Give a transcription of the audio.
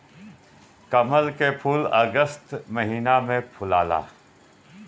कमल के फूल अगस्त महिना में फुलाला